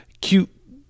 cute